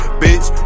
bitch